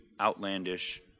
outlandish